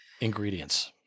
ingredients